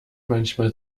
manchmal